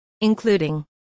including